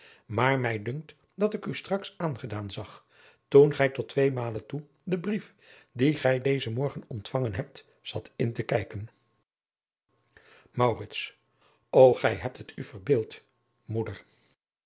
maar mij dunkt dat ik u straks aangedaan zag toen gij tot tweemalen toe den brief dien gij dezen morgen ontvangen hebt zat in te kijken maurits o gij hebt het u verbeeld moeder